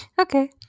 Okay